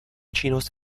činnost